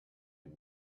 and